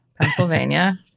Pennsylvania